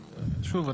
שוב,